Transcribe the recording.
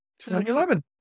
2011